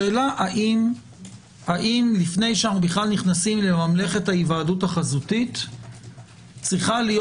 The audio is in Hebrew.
השאלה אם לפני שאנחנו נכנסים בכלל לממלכת ההיוועדות החזותית צריכה להיות